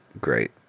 Great